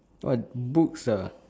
what books ah